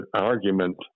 argument